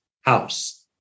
house